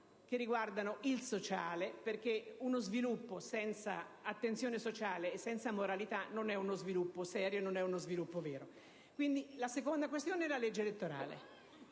la moralità e il sociale, perché uno sviluppo senza attenzione sociale e senza moralità non è un sviluppo serio, non è uno sviluppo vero. La seconda questione riguarda la legge elettorale.